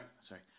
sorry